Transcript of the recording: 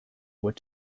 were